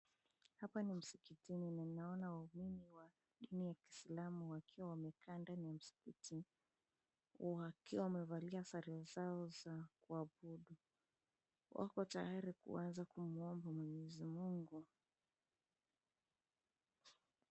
Hapa ni msikitini na ninaona waumini wa dini ya Kiislamu wakiwa wamekaa ndani ya msikiti wakiwa wamevalia sare zao za kuabudu. Wako tayari kuanza kumwomba mwenyezi Mungu.